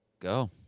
go